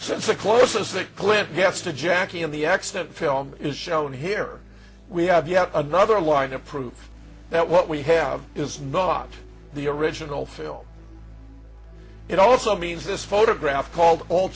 since the closest that clint gets to jackie in the accident film is shown here we have yet another line of proof that what we have is not the original film it also means this photograph called